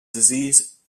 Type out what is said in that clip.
disease